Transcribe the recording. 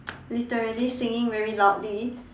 literally singing very loudly